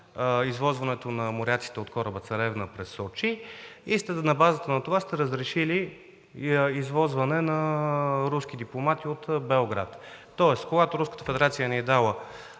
извозването на моряците от кораба „Царевна“ през Сочи и на базата на това сте разрешили извозване на руски дипломати от Белград. Тоест, когато Руската федерация ни е дала